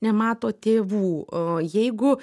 nemato tėvų jeigu